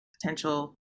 potential